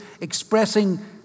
expressing